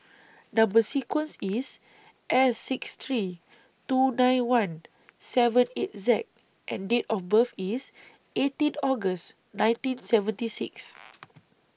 Number sequence IS S six three two nine one seven eight Z and Date of birth IS eighteen August nineteen seventy six